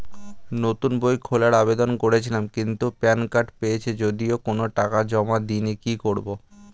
নতুন বই খোলার আবেদন করেছিলাম কিন্তু প্যান কার্ড পেয়েছি যদিও কোনো টাকা জমা দিইনি কি করব?